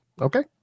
Okay